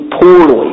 poorly